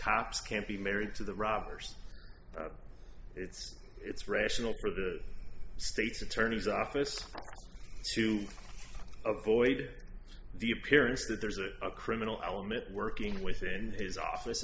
cops can't be married to the robbers that it's it's rational for the state's attorney's office to avoid the appearance that there's a criminal element working within his office